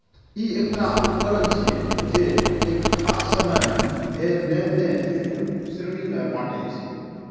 ई एकटा उकरण छियै, जे एक खास समय मे भेल लेनेदेन विभिन्न उप श्रेणी मे बांटै छै